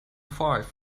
five